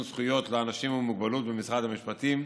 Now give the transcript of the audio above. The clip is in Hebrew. זכויות לאנשים עם מוגבלות במשרד המשפטים,